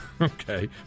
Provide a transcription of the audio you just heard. Okay